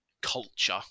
culture